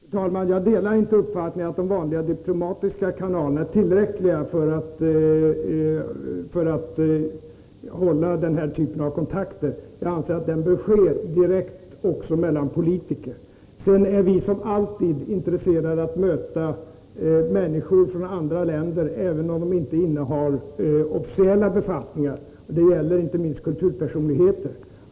Fru talman! Jag delar inte uppfattningen att de vanliga diplomatiska kanalerna är tillräckliga för att upprätthålla den här typen av kontakter. Jag anser att kontakt också bör äga rum direkt mellan politiker. Vi är nu som alltid intresserade av att möta människor från andra länder, även om de inte innehar officiella befattningar. Det gäller inte minst kulturpersonligheter.